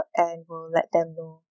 and will let them know